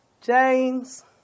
James